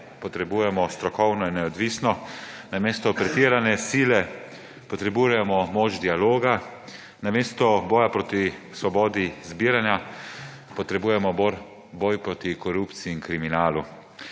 potrebujemo strokovno in neodvisno, namesto pretirane sile potrebujemo moč dialoga, namesto boja proti svobodi zbiranja potrebujemo boj proti korupcij in kriminalu.